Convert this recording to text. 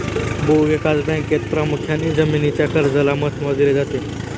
भूविकास बँकेत प्रामुख्याने जमीनीच्या कर्जाला महत्त्व दिले जाते